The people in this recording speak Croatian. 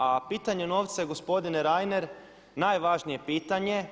A pitanje novca je gospodine Reiner najvažnije pitanje.